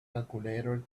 calculator